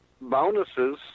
bonuses –